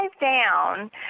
down